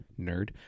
Nerd